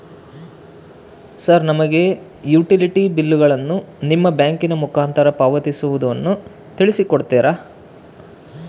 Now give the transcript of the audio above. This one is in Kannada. ಸರ್ ನಮಗೆ ಈ ಯುಟಿಲಿಟಿ ಬಿಲ್ಲುಗಳನ್ನು ನಿಮ್ಮ ಬ್ಯಾಂಕಿನ ಮುಖಾಂತರ ಪಾವತಿಸುವುದನ್ನು ತಿಳಿಸಿ ಕೊಡ್ತೇರಾ?